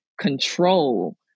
control